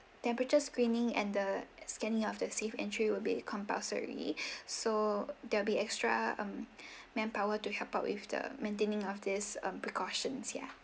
temperature screening and the scanning of the safe entry will be compulsory so there'll be extra um manpower to help out with the maintaining of this um precautions yeah